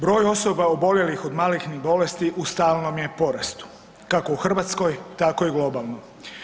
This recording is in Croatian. Broj osoba oboljelih od malignih bolesti u stalnom je porastu kako u Hrvatskoj tako i globalno.